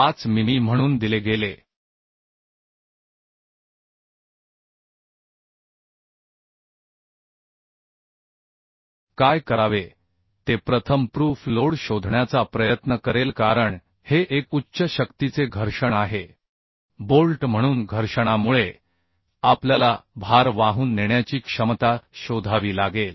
5 मिमी म्हणून दिले गेले काय करावे ते प्रथम प्रूफ लोड शोधण्याचा प्रयत्न करेल कारण हे एक उच्च शक्तीचे घर्षण आहे बोल्ट म्हणून घर्षणामुळे आपल्याला भार वाहून नेण्याची क्षमता शोधावी लागेल